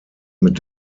mit